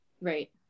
Right